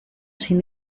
sin